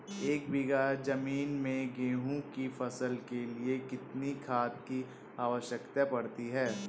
एक बीघा ज़मीन में गेहूँ की फसल के लिए कितनी खाद की आवश्यकता पड़ती है?